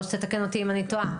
או שתתקן אותי אם אני טועה.